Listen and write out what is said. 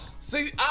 See